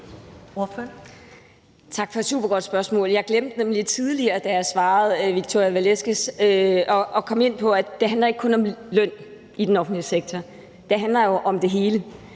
Tak for et supergodt spørgsmål. Jeg glemte nemlig tidligere, da jeg svarede Victoria Velasquez, at komme ind på, at det ikke kun handler om løn i den offentlige sektor; det handler jo om det hele.